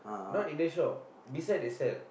not Indian shop beside they sell